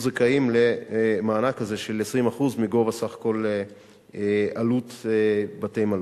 זכאים למענק הזה של 20% מגובה סך כל עלות בתי-המלון.